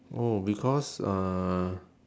oh because uh